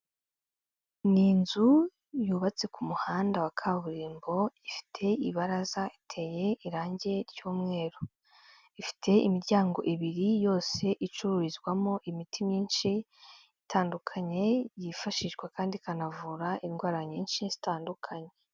Ni inzu yubatse ku muhanda wa kaburimbo, ifite ibaraza iteye irangi ry'umweru. Ifite imiryango ibiri yose icururizwamo imiti myinshi itandukanye, yifashishwa kandi ikanavura indwara nyinshi zitandukanye.